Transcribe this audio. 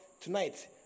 tonight